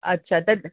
अच्छा त